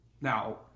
Now